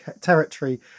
territory